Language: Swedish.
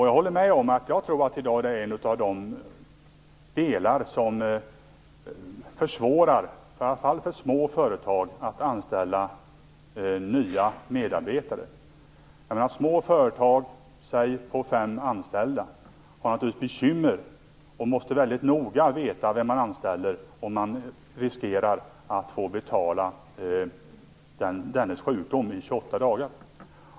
Jag håller med om att det är en av de faktorer som i dag försvårar för i varje fall små företag att anställa nya medarbetare. För små företag med t.ex. upp till fem anställda är detta ett bekymmer. De måste väldigt noga veta vem de anställer, eftersom de riskerar att få betala dennes sjukdom i 28 dagar.